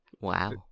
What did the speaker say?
Wow